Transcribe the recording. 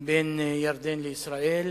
בין ירדן לישראל,